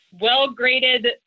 well-graded